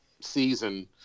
season